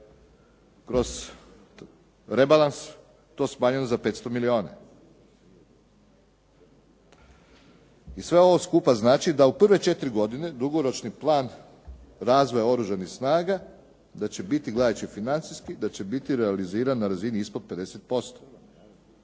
kroz rebalans to smanjeno za 500 milijuna. I sve ovo skupa znači da u prve četiri godine dugoročni plan razvoja Oružanih snaga da će biti, gledajući financijski, da će biti realiziran na razini ispod 50%.